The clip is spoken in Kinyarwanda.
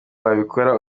wabikora